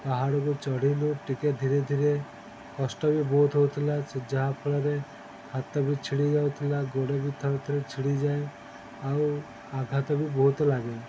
ପାହାଡ଼କୁ ଚଢ଼ିଲୁ ଟିକେ ଧୀରେ ଧୀରେ କଷ୍ଟ ବି ବହୁତ ହେଉଥିଲା ଯାହାଫଳରେ ହାତ ବି ଛିଡ଼ି ଯାଉଥିଲା ଗୋଡ଼ ବି ଥରେ ଥରେ ଛିଡ଼ିଯାଏ ଆଉ ଆଘାତ ବି ବହୁତ ଲାଗେ